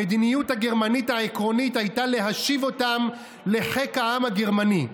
המדיניות הגרמנית העקרונית הייתה להשיב אותם לחיק העם הגרמני,